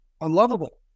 unlovable